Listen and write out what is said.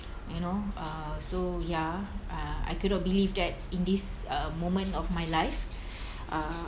you know uh so ya uh I could not believe that in this uh moment of my life uh